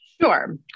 Sure